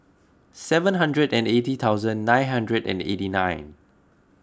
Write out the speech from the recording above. seven hundred and eighty thousand nine hundred and eighty nine